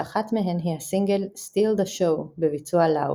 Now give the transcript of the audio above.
שאחת מהן היא הסינגל "Steal the Show" בביצוע לאוב.